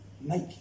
make